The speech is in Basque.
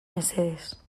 mesedez